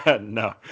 No